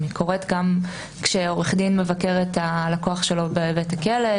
היא קורית גם כשעורך דין מבקר את הלקוח שלו בבית הכלא,